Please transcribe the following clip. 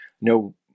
no